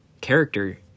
character